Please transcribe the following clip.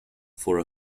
for